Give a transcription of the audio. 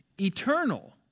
eternal